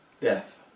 death